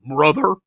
Brother